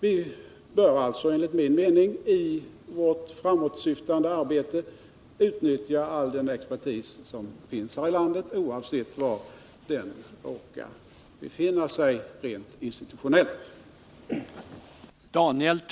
Vi bör alltså enligt min mening i vårt framåtsyftande arbete utnyttja all den expertis som finns här i landet, oavsett var den råkar befinna sig rent institutionellt.